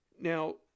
Now